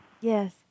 Yes